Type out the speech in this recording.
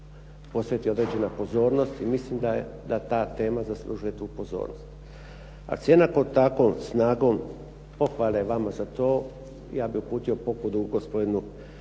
posveti određena pozornost i mislim da ta tema zaslužuje tu pozornost. A cijena pod takvom snagom pohvale vama za to, ja bih uputio pokudu gospodinu